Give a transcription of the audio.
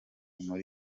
muri